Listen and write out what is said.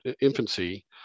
infancy